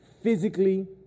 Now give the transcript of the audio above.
physically